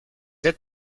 êtes